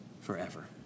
forever